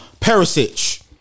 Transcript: Perisic